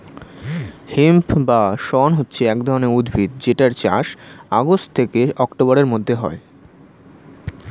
hemp বা শণ হচ্ছে এক ধরণের উদ্ভিদ যেটার চাষ আগস্ট থেকে অক্টোবরের মধ্যে হয়